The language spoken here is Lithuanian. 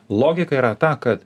logika yra ta ka